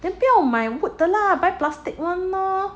then 不要买 wood one lah buy plastic one lor